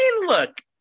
look